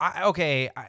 okay